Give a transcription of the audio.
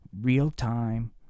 real-time